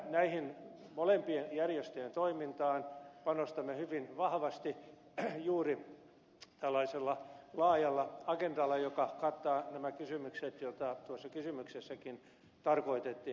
näiden molempien järjestöjen toimintaan panostamme hyvin vahvasti juuri tällaisella laajalla agendalla joka kattaa nämä kysymykset joita tuossa kysymyksessäkin tarkoitettiin